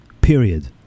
period